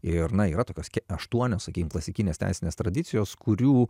ir na yra tokios aštuonios sakykim klasikinės teisinės tradicijos kurių